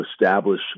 establish